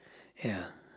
ya